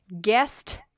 guest